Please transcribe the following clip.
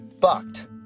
fucked